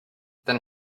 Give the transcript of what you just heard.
then